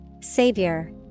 Savior